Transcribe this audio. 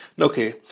Okay